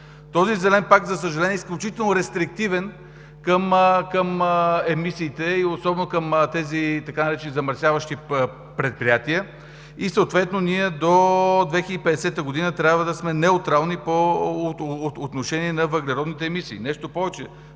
Този Зелен пакт, за съжаление, е изключително рестриктивен към емисиите, особено към тези така наречени замърсяващи предприятия, и съответно до 2050 г. ние трябва да сме неутрални по отношение на въглеродните емисии. Нещо повече.